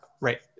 right